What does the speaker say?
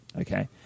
okay